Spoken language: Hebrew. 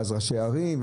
ואז יוזמנו ראשי ערים.